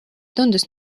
tundus